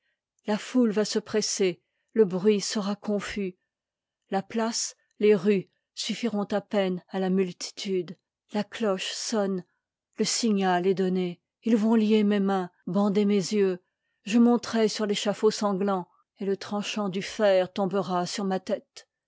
la foule va se pres ser le bruit sera confus la place les rues suffiront à peine à la multitude la cloche sonne le signal est donnée ils vont lier mes mains bander mes yeux je monterai sur l'échafaud san gtant et le tranchant du fer tombera sur ma tête